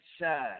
shine